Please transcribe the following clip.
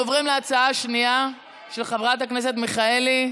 של חברת הכנסת מיכאלי.